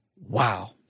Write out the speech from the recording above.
Wow